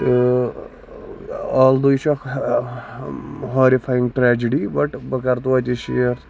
تہٕ آل دوٚہ یہِ چھُ اکھ ہارِفایِنگ ٹریجِڈی بَٹ بہٕ کَرٕ توتہِ یہِ شِیر